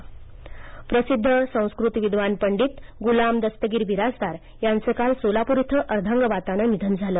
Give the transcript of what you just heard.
निधन बिराजदार प्रसिद्ध संस्कृत विद्वान पंडित गुलाम दस्तगीर बिराजदार यांचं काल सोलापूर इथं अर्धागवातानं निधन झालं